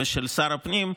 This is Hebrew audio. ושל שר הפנים,